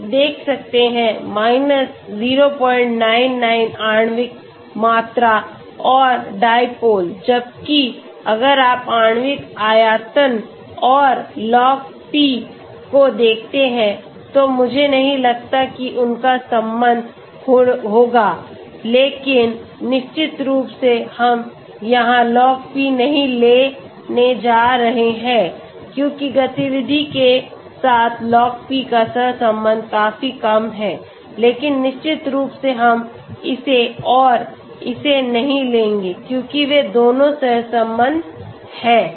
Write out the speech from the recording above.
आप देख सकते हैं 099 आणविक मात्रा और dipole जबकि अगर आप आणविक आयतन और Log P को देखते हैं तो मुझे नहीं लगता कि उनका संबंध होगा लेकिन निश्चित रूप से हम यहां Log P नहीं लेने जा रहे हैं क्योंकि गतिविधि के साथ Log P का सहसंबंध काफी कम है लेकिन निश्चित रूप से हम इसे और इसे नहीं लेंगे क्योंकि वे दोनों सहसंबद्ध हैं